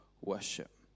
worship